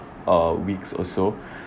uh weeks or so